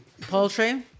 poultry